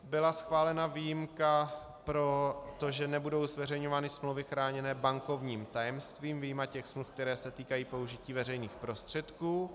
Byla schválena výjimka pro to, že nebudou zveřejňovány smlouvy chráněné bankovním tajemstvím vyjma těch smluv, které se týkají použití veřejných prostředků.